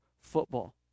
football